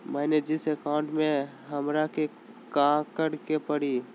मैंने जिन अकाउंट में हमरा के काकड़ के परी?